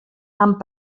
amb